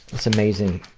it's amazing,